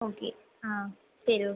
okay ஆ சரி okay